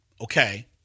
okay